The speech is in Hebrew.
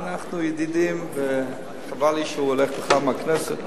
אנחנו ידידים, וחבל לי שהוא הולך בכלל מהכנסת.